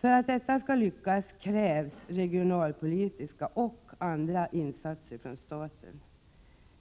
tas till vara. För att detta skall lyckas krävs regionalpolitiska och andra insatser från staten.